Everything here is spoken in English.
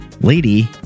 lady